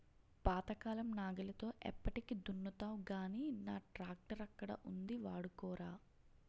పాతకాలం నాగలితో ఎప్పటికి దున్నుతావ్ గానీ నా ట్రాక్టరక్కడ ఉంది వాడుకోరా